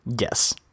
Yes